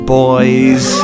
boys